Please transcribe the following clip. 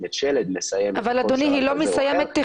שלד --- היא באה ומקבלת את הכסף -- אבל,